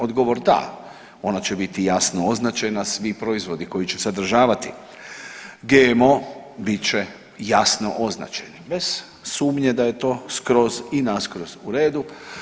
Odgovor da, ona će biti jasno označena, svi proizvodi koji će sadržavati GMO bit će jasno označeni, bez sumnje da je to skroz i naskroz u redu.